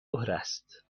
است